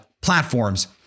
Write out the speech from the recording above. platforms